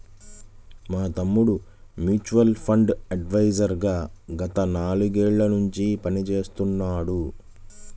మా తమ్ముడు mutual fund advisor గా గత నాలుగేళ్ళ నుంచి పనిచేస్తున్నాడు